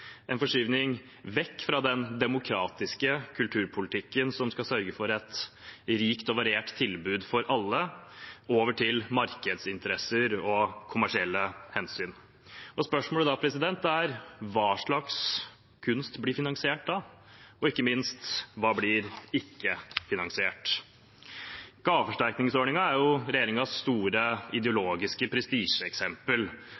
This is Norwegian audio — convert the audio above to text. en forskyvning vekk fra den demokratiske kulturpolitikken som skal sørge for et rikt og variert tilbud for alle, over til markedsinteresser og kommersielle hensyn. Spørsmålet er: Hva slags kunst blir finansiert da? Og ikke minst: Hva blir ikke finansiert? Gaveforsterkningsordningen er regjeringens store